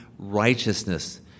Righteousness